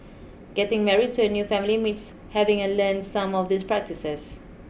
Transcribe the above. getting married into a new family means having a learn some of these practices